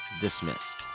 dismissed